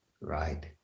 Right